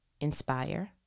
inspire